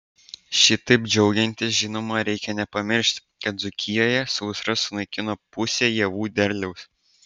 šitaip džiaugiantis žinoma reikia nepamiršti kad dzūkijoje sausra sunaikino pusę javų derliaus